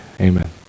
Amen